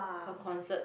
per concert